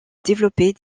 développer